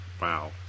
wow